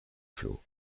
flots